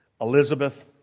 Elizabeth